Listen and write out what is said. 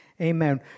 Amen